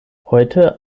heute